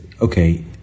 okay